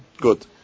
Good